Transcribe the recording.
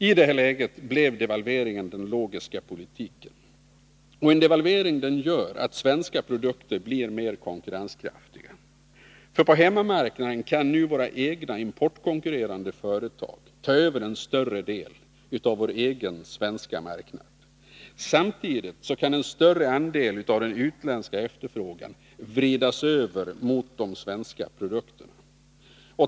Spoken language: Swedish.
I detta läge blev devalveringen den logiska politiken. En devalvering gör att svenska produkter blir mer konkurrenskraftiga. På hemmamarknaden kan nu våra egna importkonkurrerande företag ta över en större del av vår egen svenska marknad. Samtidigt kan en större andel av den utländska efterfrågan vridas över mot de svenska produkterna.